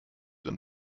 den